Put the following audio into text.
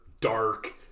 dark